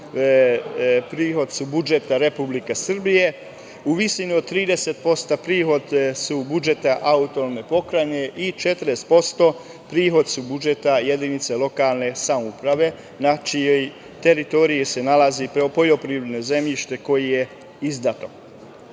prihod su budžeta Republike Srbije, u visini od 30% prihod su budžeta autonomne pokrajine i 40% prihod su budžeta jedinice lokalne samouprave na čijoj teritoriji se nalazi poljoprivredno zemljište koje je